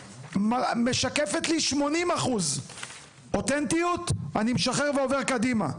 שמשקפת לי 80% אותנטיות, אני משחרר ועובר קדימה.